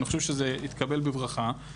ואני חושב שזה התקבל בברכה,